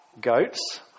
goats